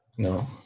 No